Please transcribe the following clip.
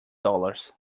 dollars